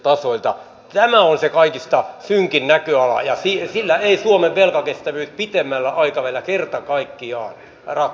tämä on se kaikista synkin näköala ja sillä ei suomen velkakestävyys pitemmällä aikavälillä kerta kaikkiaan ratkea